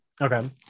Okay